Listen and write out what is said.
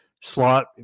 slot